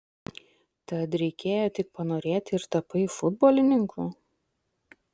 tad reikėjo tik panorėti ir tapai futbolininku